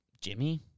Jimmy